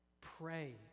Pray